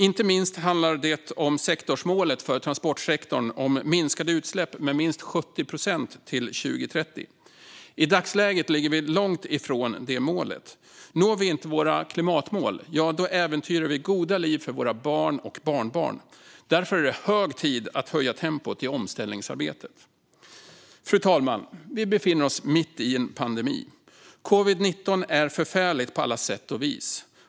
Inte minst handlar det om sektorsmålet för transportsektorn, det vill säga minskade utsläpp med minst 70 procent till 2030. I dagsläget ligger vi långt ifrån det målet. Når vi inte våra klimatmål äventyrar vi goda liv för våra barn och barnbarn. Därför är det hög tid att höja tempot i omställningsarbetet. Fru talman! Vi befinner oss mitt i en pandemi. Covid-19 är förfärligt på alla sätt och vis.